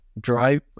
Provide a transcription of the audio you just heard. drive